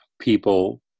people